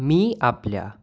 मी आपल्या